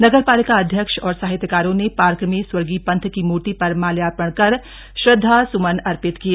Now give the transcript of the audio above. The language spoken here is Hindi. नगर पालिका अध्यक्ष और साहित्यकारों ने पार्क में स्वर्गीय पन्त की मूर्ति पर माल्यार्पण कर श्रद्धा सुमन अर्पित किए